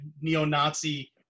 neo-Nazi